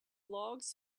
logs